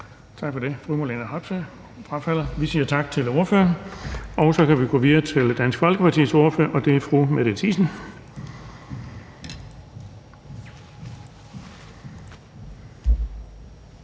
Tak for det. Fru Marlene Harpsøe frafalder. Vi siger tak til ordføreren. Så kan vi gå videre til Dansk Folkepartis ordfører, fru Mette Thiesen.